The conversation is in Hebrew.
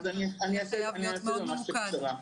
צריך להיות ממוקד מאוד.